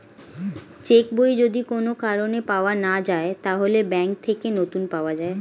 check বই যদি কোন কারণে পাওয়া না যায়, তাহলে ব্যাংক থেকে নতুন পাওয়া যায়